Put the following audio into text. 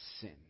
sin